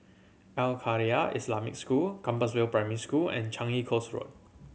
Al Khairiah Islamic School Compassvale Primary School and Changi Coast Road